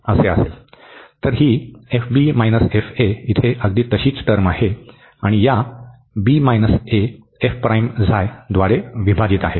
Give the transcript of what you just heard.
तर ही इथे अगदी तशीच टर्म आहे आणि या द्वारे विभाजित आहे